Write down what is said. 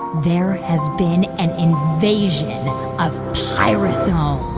there has been an invasion of pyrosomes